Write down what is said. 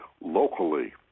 locally